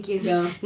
ya